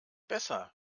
besser